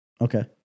Okay